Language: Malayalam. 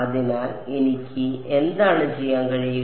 അതിനാൽ എനിക്ക് എന്താണ് ചെയ്യാൻ കഴിയുക